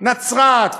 נצרת,